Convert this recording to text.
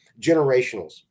generationals